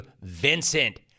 Vincent